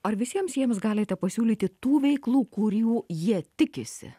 o visiems jiems galite pasiūlyti tų veiklų kurių jie tikisi